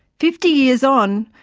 fifty years on,